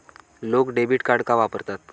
लोक debit card का वापरतात?